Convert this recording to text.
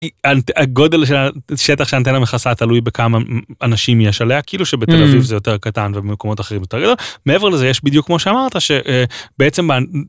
הגודל של השטח שהאנטנה מכסה תלוי בכמה אנשים יש עליה, כאילו שבתל אביב זה יותר קטן ובמקומות אחרים יותר גדול. מעבר לזה יש בדיוק כמו שאמרת, שבעצם